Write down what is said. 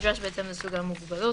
כנדרש בהתאם לסוג המוגבלות,